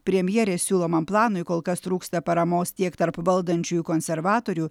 premjerės siūlomam planui kol kas trūksta paramos tiek tarp valdančiųjų konservatorių